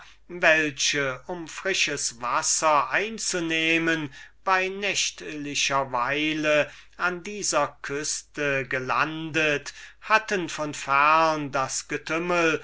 welche frisches wasser einzunehmen bei nächtlicher weile an dieser küste geländet hatten von fern das getümmel